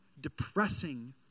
depressing